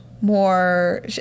more